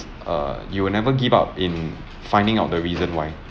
err you will never give up in finding out the reason why